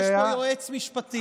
יש פה יועץ משפטי.